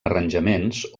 arranjaments